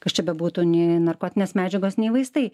kas čia bebūtų nei narkotinės medžiagos nei vaistai